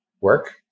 work